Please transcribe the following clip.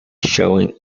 showing